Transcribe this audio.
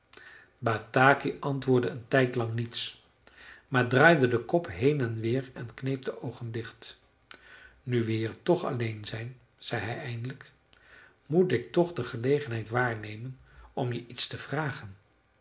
bataki antwoordde een tijdlang niets maar draaide den kop heen en weer en kneep de oogen dicht nu we hier toch alleen zijn zei hij eindelijk moet ik toch de gelegenheid waarnemen om je iets te vragen